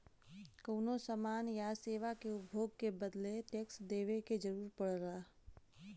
कउनो समान या सेवा के उपभोग के बदले टैक्स देवे क जरुरत पड़ला